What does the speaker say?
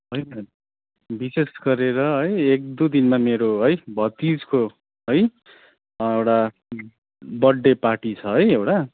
होइन विशेष गरेर है एक दुई दिनमा मेरो है भतिजको है एउटा बर्थडे पार्टी छ है एउटा